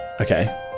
okay